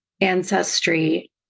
ancestry